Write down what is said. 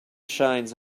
shines